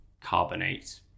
carbonate